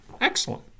Excellent